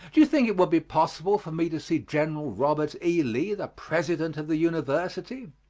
do you think it would be possible for me to see general robert e. lee, the president of the university?